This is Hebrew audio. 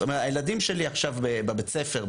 הילדים שלי עכשיו בבית ספר,